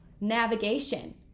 navigation